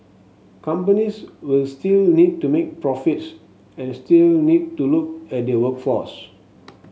companies will still need to make profits and still need to look at their workforce